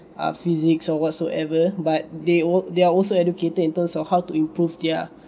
uh physics or whatsoever but they work they're also educated in terms of how to improve their